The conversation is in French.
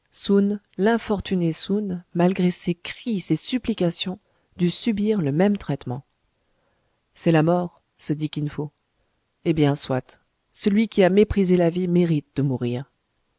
soun malgré ses cris ses supplications dut subir le même traitement c'est la mort se dit kin fo eh bien soit celui qui a méprisé la vie mérite de mourir